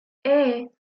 hey